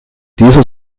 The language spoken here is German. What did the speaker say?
dieser